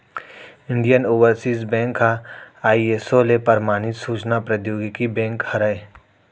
Indian Overseas bank ह ISO ले परमानित सूचना प्रौद्योगिकी बेंक हरय